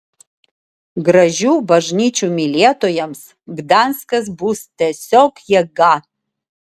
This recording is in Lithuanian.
gražių bažnyčių mylėtojams gdanskas bus tiesiog jėga